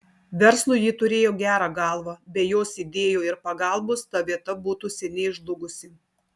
verslui ji turėjo gerą galvą be jos idėjų ir pagalbos ta vieta būtų seniai žlugusi